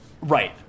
right